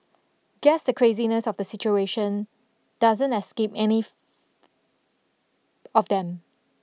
guess the craziness of the situation doesn't escape any of them